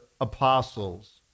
apostles